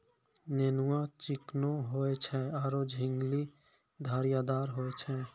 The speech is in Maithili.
नेनुआ चिकनो होय छै आरो झिंगली धारीदार होय छै